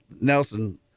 Nelson